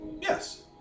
Yes